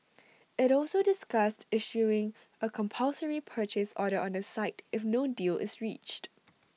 IT also discussed issuing A compulsory purchase order on the site if no deal is reached